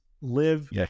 live